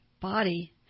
body